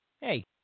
Hey